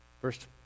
First